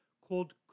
called